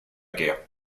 guerre